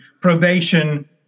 probation